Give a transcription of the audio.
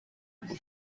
بود